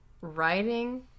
writing